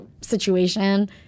situation